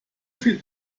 viel